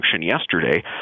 yesterday